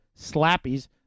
slappies